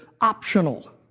optional